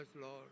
Lord